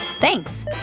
Thanks